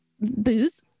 booze